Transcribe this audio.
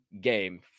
game